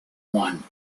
one